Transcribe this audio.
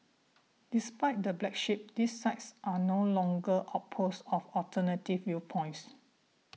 despite the black sheep these sites are no longer outposts of alternative viewpoints